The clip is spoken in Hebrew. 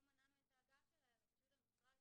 לא מנענו את ההגעה שלה אלא פשוט המשרד